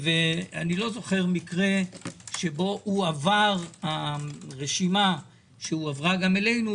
אני לא זוכר מקרה שבו הרשימה שהועברה גם אלינו,